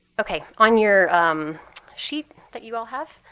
ok. on your sheet that you all have,